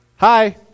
hi